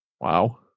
Wow